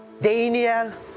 daniel